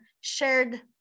shared